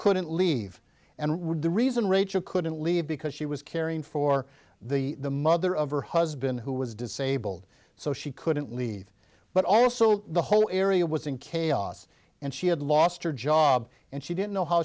couldn't leave and were the reason rachel couldn't leave because she was caring for the the mother of her husband who was disabled so she couldn't leave but also the whole area was in chaos and she had lost her job and she didn't know how